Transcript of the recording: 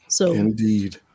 Indeed